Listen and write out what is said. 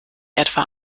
etwa